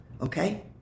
okay